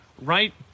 Right